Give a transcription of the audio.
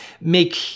make